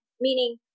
Meaning